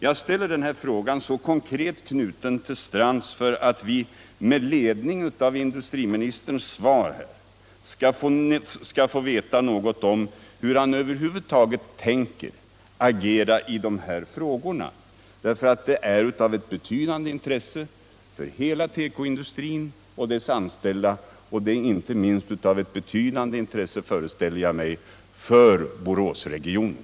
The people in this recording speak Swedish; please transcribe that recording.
Jag ställer denna fråga så konkret knuten till Strands för att vi med ledning av industriministerns svar skall få veta något om hur han över huvud taget tänker agera i dessa frågor. Det är av betydande intresse för hela tekoindustrin och dess anställda, och det är inte minst av ett betydande intresse, föreställer jag mig, för Boråsregionen.